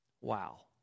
Wow